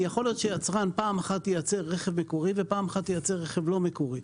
יכול להיות שיצרן ייצר פעם אחת רכב מקורי ופעם אחת ייצר רכב לא מקורי.